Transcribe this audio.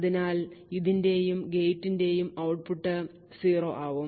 അതിനാൽ ഇതിന്റെയും ഗേറ്റിന്റെയും ഔട്ട്പുട്ട് 0 ആകും